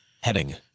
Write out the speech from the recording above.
heading